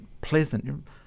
pleasant